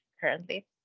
currently